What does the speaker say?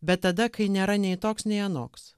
bet tada kai nėra nei toks nei anoks